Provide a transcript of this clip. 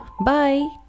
Bye